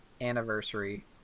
anniversary